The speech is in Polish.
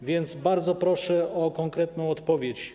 A więc bardzo proszę o konkretną odpowiedź.